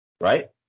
right